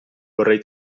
vorrei